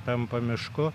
tampa mišku